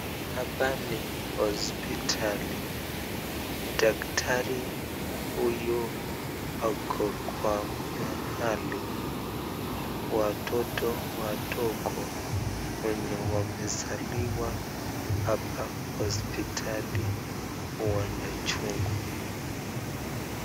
Hapa ni hospitali. Daktari huyu ako kwa mahali watoto wadogo wenye wamezaliwa hapa hospitali wanachungwa.